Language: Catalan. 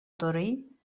torí